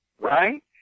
right